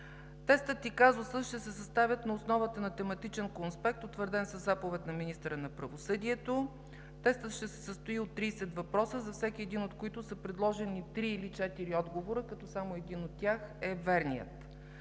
Тестът и казусът ще се съставят на основата на тематичен конспект, утвърден със заповед на министъра на правосъдието. Тестът ще се състои от 30 въпроса, за всеки един от които са предложени три или четири отговора, като само един от тях е верният.